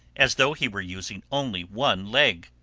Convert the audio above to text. as though he were using only one leg.